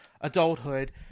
adulthood